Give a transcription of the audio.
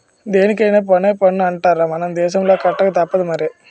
దేనికైన పన్నే పన్ను అంటార్రా మన దేశంలో కట్టకతప్పదు మరి